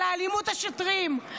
על אלימות השוטרים,